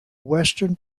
western